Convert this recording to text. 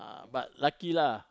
but lucky lah